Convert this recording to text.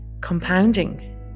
compounding